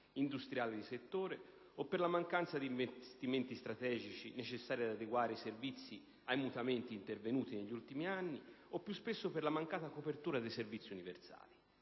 industriale di settore o per la mancanza di investimenti strategici necessari ad adeguare i servizi ai mutamenti intervenuti negli ultimi anni o più spesso per la mancata copertura dei servizi universali.